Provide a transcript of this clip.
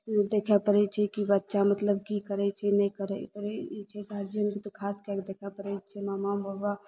ई देखए पड़ै छै की बच्चा मतलब की करै छै नहि करै छै ई तऽ गार्जियनके तऽ खासकरके बच्चा कहै छै मामा बौआ